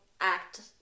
act